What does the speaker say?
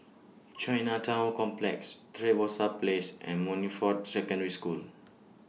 Chinatown Complex Trevose Place and Monifort Secondary School